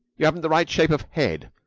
you haven't the right shape of head.